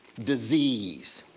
disease,